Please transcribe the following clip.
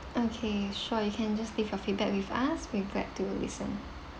okay sure you can just leave your feedback with us we're glad to listen